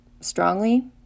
strongly